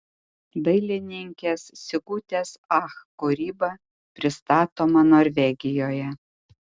dailininkės sigutės ach kūryba pristatoma norvegijoje